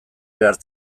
behar